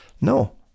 No